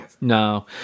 No